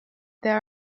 there